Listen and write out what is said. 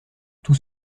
tout